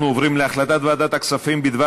אנחנו עוברים להחלטת ועדת הכספים בדבר